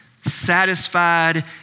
satisfied